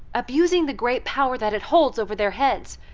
abusing the great power that it holds over their heads.